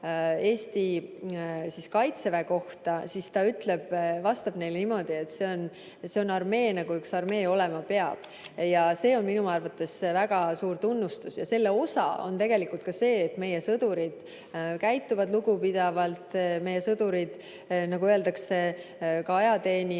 Eesti kaitseväe kohta, siis ta vastab niimoodi, et see on armee, nagu üks armee olema peab. See on minu arvates väga suur tunnustus. Selle osa on tegelikult ka see, et meie sõdurid käituvad lugupidavalt, ka ajateenijad – nagu öeldakse, sõjaväes